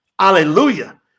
hallelujah